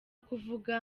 kuvuga